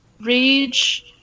rage